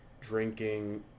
drinking